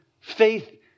faith